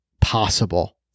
possible